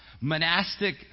monastic